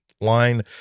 line